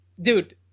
dude